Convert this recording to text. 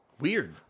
weird